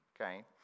okay